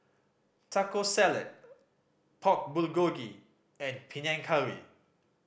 Taco Salad Pork Bulgogi and Panang Curry